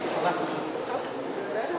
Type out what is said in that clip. טוב, בסדר.